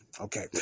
okay